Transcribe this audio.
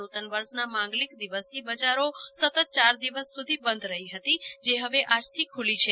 નુતન વર્ષના માંગલિક દિવસથી બજારો સતત ચાર દિવસ સુધી બંધ રહી છે જે હવે આજથી ખુલી છે